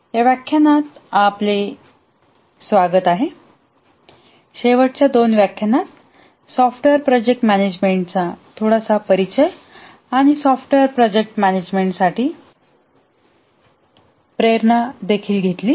या व्याख्यानात आपले स्वागत आहे शेवटच्या दोन व्याख्यानात सॉफ्टवेअर प्रोजेक्ट मॅनेजमेंटचा थोडासा परिचय आणि सॉफ्टवेअर प्रोजेक्ट मॅनेजमेंटसाठी प्रेरणा देखील घेतली